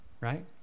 right